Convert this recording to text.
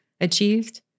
achieved